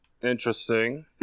interesting